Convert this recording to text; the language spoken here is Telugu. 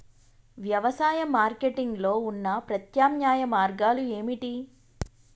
వ్యవసాయ మార్కెటింగ్ లో ఉన్న ప్రత్యామ్నాయ మార్గాలు ఏమిటి?